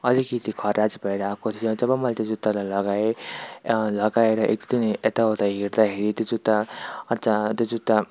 अलिकिति खराज भएर आएको थियो जब मैले त्यो जुत्तालाई लगाएँ लगाएर एक दुई दिन एता उता हिँड्दाखेरि त्यो जुत्ता अच्छा त्यो जुत्ता